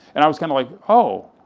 and i was kind of like, oh,